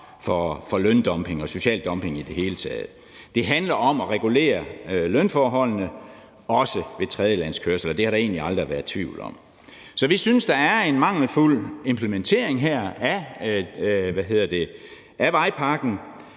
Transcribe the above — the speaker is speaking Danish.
for løndumping og social dumping i det hele taget. Det handler om at regulere lønforholdene, også ved tredjelandskørsel. Det har der egentlig aldrig været tvivl om. Så vi synes, at der er en mangelfuld implementering af vejpakken,